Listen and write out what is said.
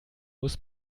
muss